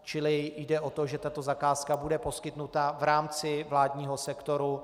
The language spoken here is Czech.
Čili jde o to, že tato zakázka bude poskytnuta v rámci vládního sektoru.